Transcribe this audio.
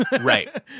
Right